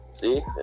see